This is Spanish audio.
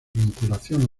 vinculación